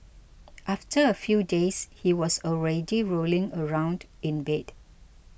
after a few days he was already rolling around in bed